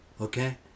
Okay